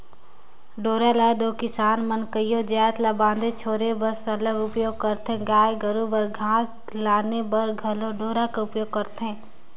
डोरा ल दो किसान मन कइयो जाएत ल बांधे छोरे बर सरलग उपियोग करथे गाय गरू बर घास लाने बर घलो डोरा कर उपियोग करथे